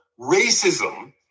racism